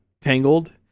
tangled